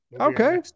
Okay